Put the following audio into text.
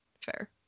fair